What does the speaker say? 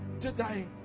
today